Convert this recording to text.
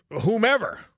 whomever